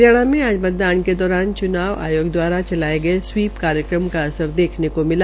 हरियाणा में आज मतदान के दौरान चुनाव आयाग दवारा चलाये गये स्वीप कार्यक्रम का असर देखने कथ मिला